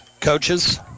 Coaches